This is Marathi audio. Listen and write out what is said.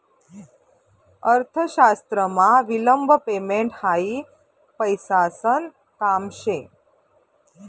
अर्थशास्त्रमा विलंब पेमेंट हायी पैसासन काम शे